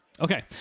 Okay